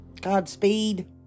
Godspeed